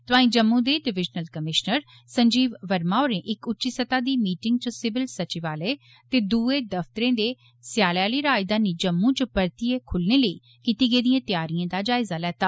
तोआइं जम्मू दे divisional commissioner Sanjeev Verma होरें इक उच्ची सतह् दी मीटिंग च सिविल सचिवालय ते दुए दफ्तरें दे स्यालै आली राजधानी जम्मू च परतियै खुल्लने लेई कीती गेदिएं तैआरिएं दा जायजा लेआ